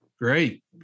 Great